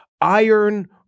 Iron